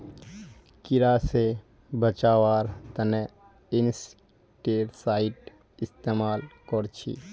कीड़ा से बचावार तने इंसेक्टिसाइड इस्तेमाल कर छी